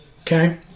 okay